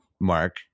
mark